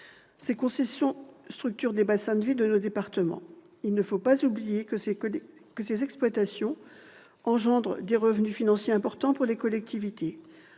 Ces concessions structurent des bassins de vie de nos départements. Il ne faut pas oublier que ces exploitations engendrent des revenus financiers importants pour les collectivités.